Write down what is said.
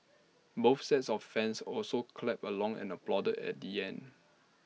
both sets of fans also clapped along and applauded at the end